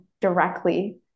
directly